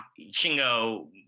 Shingo